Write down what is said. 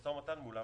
משא ומתן מולם